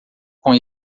com